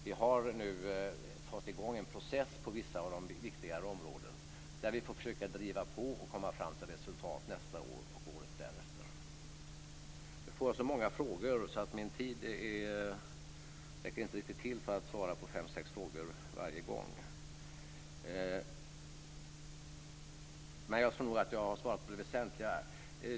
Vi har nu fått i gång en process på vissa av de viktigare områdena, där vi får försöka driva på och komma fram till resultat nästa år och året därefter. Jag får så många frågor. Min tid räcker inte riktigt till för att svara på fem sex frågor varje gång. Jag tror nog att jag har svarat på det väsentliga.